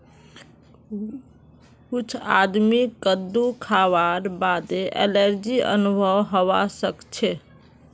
कुछ आदमीक कद्दू खावार बादे एलर्जी अनुभव हवा सक छे